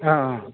অঁ অঁ